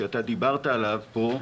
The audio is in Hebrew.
שאתה דיברת עליו פה,